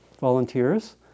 volunteers